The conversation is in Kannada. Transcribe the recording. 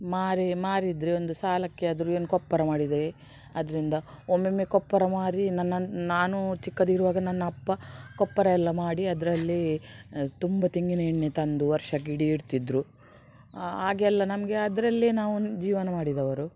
ಮಾರಿ ಮಾರಿದರೆ ಒಂದು ಸಾಲಕ್ಕೆ ಆದರೂ ಏನು ಕೊಪ್ಪರ ಮಾಡಿದರೆ ಅದರಿಂದ ಒಮ್ಮೊಮ್ಮೆ ಕೊಪ್ಪರ ಮಾರಿ ನನ್ನ ನಾನು ಚಿಕ್ಕದಿರುವಾಗ ನನ್ನ ಅಪ್ಪ ಕೊಪ್ಪರ ಎಲ್ಲಾ ಮಾಡಿ ಅದರಲ್ಲಿ ತುಂಬ ತೆಂಗಿನ ಎಣ್ಣೆ ತಂದು ವರ್ಷಕ್ಕೆ ಇಡೀ ಇಡ್ತಿದ್ರು ಆಗ ಎಲ್ಲಾ ನಮಗೆ ಅದರಲ್ಲೇ ನಾವು ಜೀವನ ಮಾಡಿದವರು